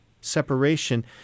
separation